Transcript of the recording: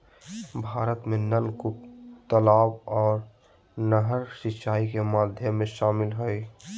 भारत में नलकूप, तलाब आर नहर सिंचाई के माध्यम में शामिल हय